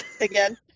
Again